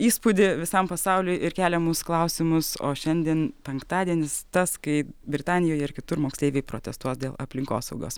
įspūdį visam pasauliui ir keliamus klausimus o šiandien penktadienis tas kai britanijoje ir kitur moksleiviai protestuos dėl aplinkosaugos